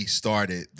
started